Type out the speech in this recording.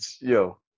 Yo